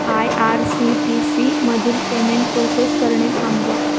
I R C T सीमधील payment process करणे थांबवा